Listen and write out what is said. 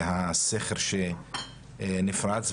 והסכר שנפרץ,